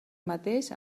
mateix